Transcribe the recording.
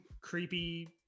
creepy